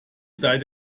seit